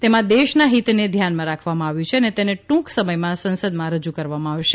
તેમાં દેશના ફીતને ધ્યાનમાં રાખવામાં આવ્યું છે અને તેને ટ્રંક સમયમાં સંસદમાં રજૂ કરવામાં આવશે